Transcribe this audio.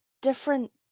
different